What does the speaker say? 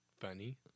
funny